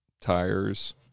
tires